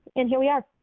and here we are.